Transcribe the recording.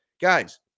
guys